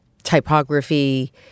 typography